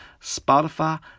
Spotify